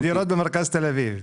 זה לדירות במרכז תל אביב.